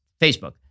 Facebook